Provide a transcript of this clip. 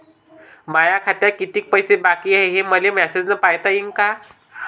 माया खात्यात कितीक पैसे बाकी हाय, हे मले मॅसेजन पायता येईन का?